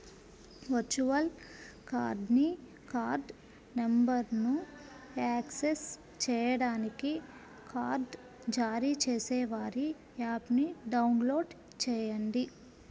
virtual కార్డ్ని card నంబర్ను access చేయడానికి కార్డ్ జారీ చేసేవారి యాప్ని డౌన్లోడ్ చేయండి